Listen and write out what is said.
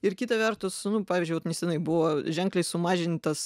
ir kita vertus nu pavyzdžiui vat nesenai buvo ženkliai sumažintas